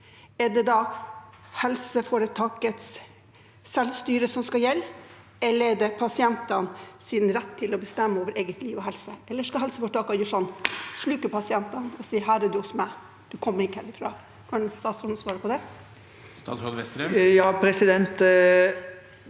Er det da helseforetakets selvstyre som skal gjelde, eller er det pasientenes rett til å bestemme over eget liv og egen helse? Eller skal helseforetakene sluke pasientene og si at her er du hos meg, du kommer ikke herifra? Kan statsråden svare på det? Statsråd Jan Christian